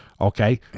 Okay